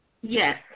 Yes